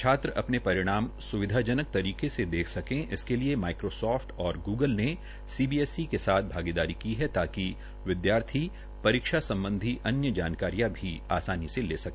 छात्र अपने परिणाम सुविधाजनक तरीके से देश सके इसके लिये माइक्रोसाफ्ट और गूगल ने सीबीएससी के भागीदारी की है ताकि विद्यार्थी परीक्षा सम्बधी अन्य जानकारियां भी आसानी से ले सके